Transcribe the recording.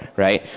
right?